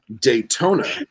Daytona